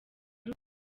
ari